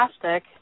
fantastic